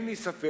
אין לי ספק